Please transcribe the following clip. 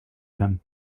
him